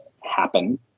happen